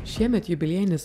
šiemet jubiliejinis